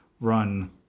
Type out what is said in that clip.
run